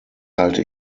halte